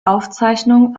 auszeichnung